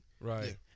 Right